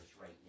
right